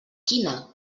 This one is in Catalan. quina